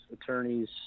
attorney's